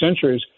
centuries